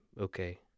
Okay